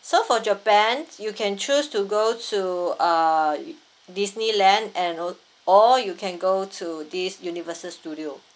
so for japan you can choose to go to uh Disneyland and al~ or you can go to this universal studio